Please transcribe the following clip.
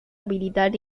habilidad